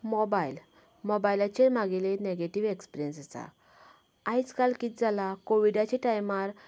mobile मोबायलाचेर मागेली negative experience आसा आयज काल कितें जाला कोविडाच्या टायमार